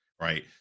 Right